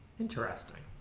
interesting